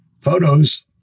Photos